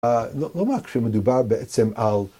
לא רק כשמדובר בעצם על